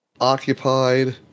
occupied